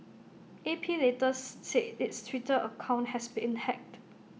A P later said its Twitter account has been hacked